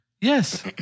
Yes